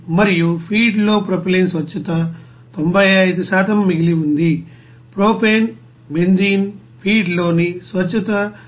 మరియు ఫీడ్లో ప్రొపైలిన్ స్వచ్ఛత 95 మిగిలి ఉంది ప్రొపేన్ బెంజీన్ ఫీడ్లోని స్వచ్ఛత 99